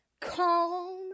calm